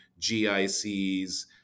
GICs